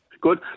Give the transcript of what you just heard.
Good